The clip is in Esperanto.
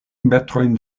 metrojn